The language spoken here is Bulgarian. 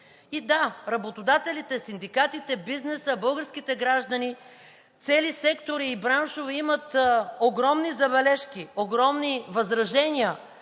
И, да, работодателите, синдикатите, бизнесът, българските граждани, цели сектори и браншове имат огромни забележки, огромни възражения,